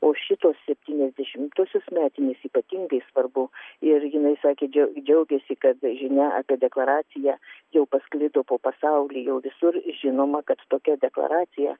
o šitos septyniasdešimtosios metinės ypatingai svarbu ir jinai sakė džiau džiaugiasi kad žinia apie deklaraciją jau pasklido po pasaulį jau visur žinoma kad tokia deklaracija